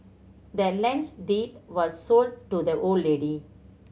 the land's deed was sold to the old lady